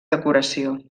decoració